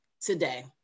today